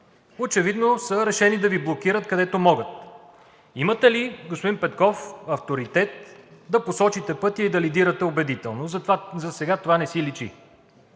очевидно са решени да Ви блокират, където могат. Имате ли, господин Петков, авторитет да посочите пътя и да лидирате убедително? Засега това не си личи.